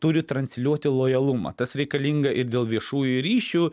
turi transliuoti lojalumą tas reikalinga ir dėl viešųjų ryšių